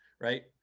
right